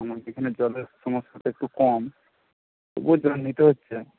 আমাদের এখানে জলের সমস্যাটা একটু কম তবুও জল নিতে হচ্ছে